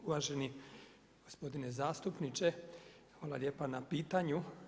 Uvaženi gospodine zastupniče hvala lijepa na pitanju.